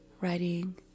writing